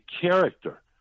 character